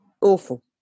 awful